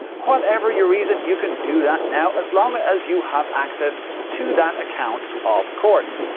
whatever your reason, you can do that, now, as long as you have access to that account of course.